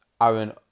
Aaron